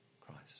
Christ